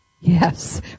Yes